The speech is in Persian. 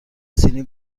سینی